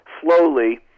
slowly